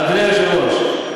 אדוני היושב-ראש,